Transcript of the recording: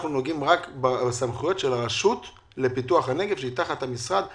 אנחנו נוגעים רק בסמכויות של הרשות לפיתוח הנגב שהן תחת משרד הנגב,